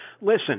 Listen